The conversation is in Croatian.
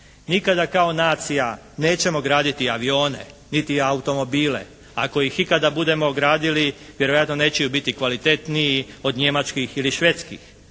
Nikada kao nacija nećemo graditi avione, niti automobile. Ako ih ikada budemo gradili vjerojatno neće biti kvalitetniji od njemačkih ili švedskih.